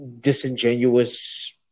disingenuous